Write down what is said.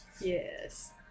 Yes